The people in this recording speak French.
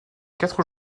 quatre